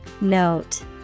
Note